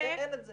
אין את זה.